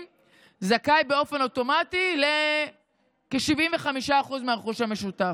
זכאי באופן אוטומטי לכ-75% מהרכוש המשותף,